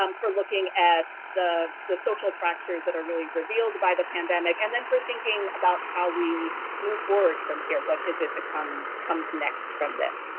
um for looking at the the social fractures that are really revealed by the pandemic, and then for thinking about how we move forward from here. what is it that comes comes next from this?